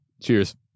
Cheers